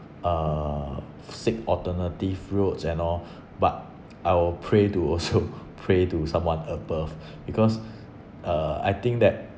uh seek alternative routes and all but I'll pray to also pray to someone above because uh I think that